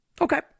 Okay